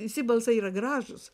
visi balsai yra gražūs